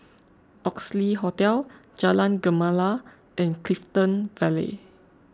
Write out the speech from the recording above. Oxley Hotel Jalan Gemala and Clifton Vale